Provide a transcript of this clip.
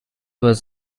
was